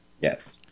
Yes